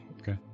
Okay